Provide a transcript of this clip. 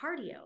cardio